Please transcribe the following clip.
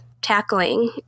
tackling